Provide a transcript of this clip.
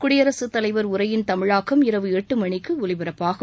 குடியரசு தலைவர் உரையின் தமிழாக்கம் இரவு எட்டு மணிக்கு ஒலிபரப்பாகும்